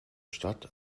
stadt